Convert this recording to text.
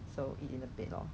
你拿 liao 你给我 lah